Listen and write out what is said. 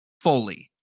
fully